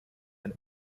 and